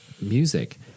music